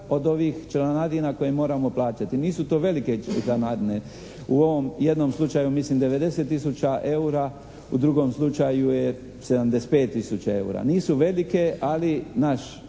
od ovih članarina koje moramo plaćati. Nisu to velike članarine. U ovom jednom slučaju mislim 90 tisuća eura, u drugom slučaju je 75 tisuća eura. Nisu velike, ali naš